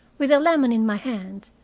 with a lemon in my hand,